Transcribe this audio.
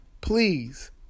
Please